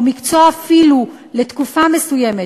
או אפילו מקצוע לתקופה מסוימת,